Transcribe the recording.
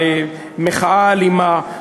המחאה האלימה,